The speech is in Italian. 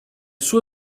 suo